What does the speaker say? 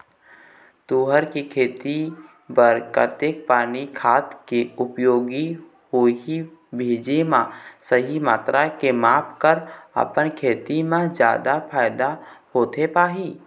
तुंहर के खेती बर कतेक पानी खाद के उपयोग होही भेजे मा सही मात्रा के माप कर अपन खेती मा जादा फायदा होथे पाही?